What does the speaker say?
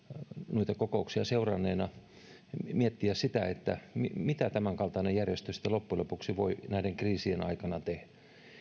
noita kokouksia seuranneena myös miettiä sitä mitä tämänkaltainen järjestö sitten loppujen lopuksi voi näiden kriisien aikana tehdä